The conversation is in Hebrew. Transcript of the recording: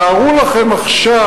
תארו לכם עכשיו,